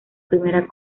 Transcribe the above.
primera